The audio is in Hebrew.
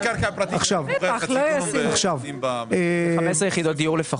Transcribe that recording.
לפחות 15 יחידות דיור.